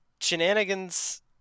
shenanigans